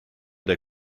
der